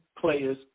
players